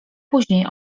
później